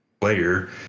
player